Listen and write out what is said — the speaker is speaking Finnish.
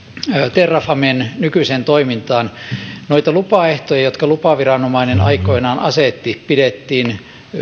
terrafamen nykyiseen toimintaan noita lupaehtoja jotka lupaviranomainen aikoinaan asetti pidettiin